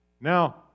Now